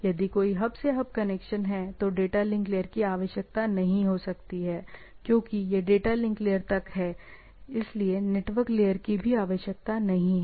यदि कोई हब से हब कनेक्शन है तो डेटा लिंक लेयर की आवश्यकता नहीं हो सकती है क्योंकि यह डेटा लिंक लेयर तक है इसलिए नेटवर्क लेयर की भी आवश्यकता नहीं है